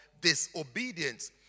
disobedience